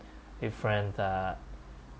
a friend that